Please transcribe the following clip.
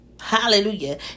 Hallelujah